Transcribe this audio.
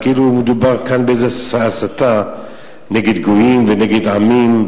כאילו מדובר כאן באיזו הסתה נגד גויים ונגד עמים,